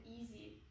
easy